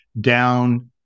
down